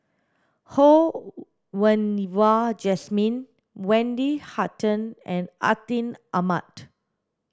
Ho Wen Wah Jesmine Wendy Hutton and Atin Amat